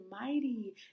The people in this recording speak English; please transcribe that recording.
mighty